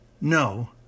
no